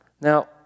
Now